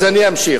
אז אני אמשיך.